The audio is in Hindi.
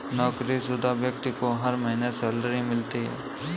नौकरीशुदा व्यक्ति को हर महीने सैलरी मिलती है